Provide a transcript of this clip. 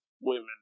women